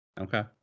Okay